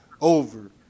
over